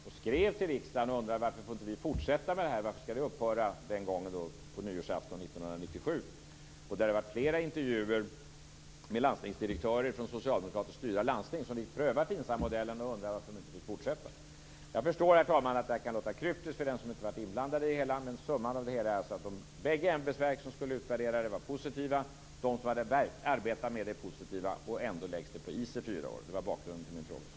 Man skrev till riksdagen och undrade varför man inte fick fortsätta med den och varför den skulle upphöra den gången på nyårsaftonen 1997. Det hade gjorts flera intervjuer med landstingsdirektörer från socialdemokratiskt styrda landsting. De hade prövat FINSAM-modellen och undrade varför de inte fick fortsätta. Herr talman! Jag förstår att detta kan låta kryptiskt för den som inte har varit inblandad, men summan är alltså att de båda ämbetsverk som utredde det hela var positiva, de som hade arbetat med det var positiva och ändå läggs det på is i fyra år. Det var bakgrunden till min fråga.